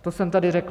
To jsem tady řekl.